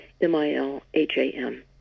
M-I-L-H-A-M